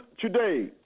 today